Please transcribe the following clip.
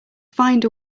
find